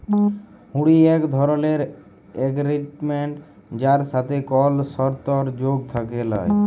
হুঁড়ি এক ধরলের এগরিমেনট যার সাথে কল সরতর্ যোগ থ্যাকে ল্যায়